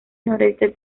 noroeste